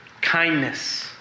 Kindness